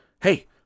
hey